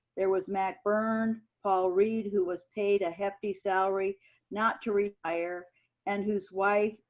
there was matt burn, paul reed who was paid a hefty salary not to rehire and whose wife,